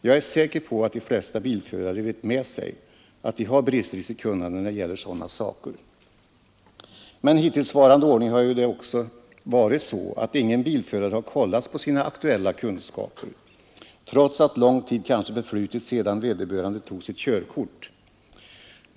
Jag är säker på att de flesta bilförare vet med sig att de har brister i sitt kunnande när det gäller sådana saker. Med hittillsvarande ordning har det ju också varit så att ingen bilförare har kollats på sina aktuella kunskaper, trots att lång tid kanske förflutit sedan vederbörande tog sitt körkort.